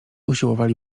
usiłowali